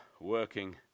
working